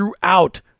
throughout